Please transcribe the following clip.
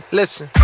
listen